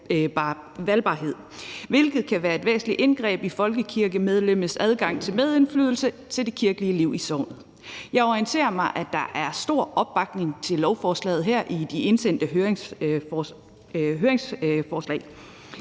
hvilket kan være et væsentligt indgreb i folkekirkemedlemmets adgang til medindflydelse på det kirkelige liv i sognet. Jeg konstaterer, at der er stor opbakning til lovforslaget her i de indsendte høringssvar,